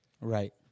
Right